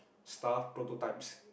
staff prototypes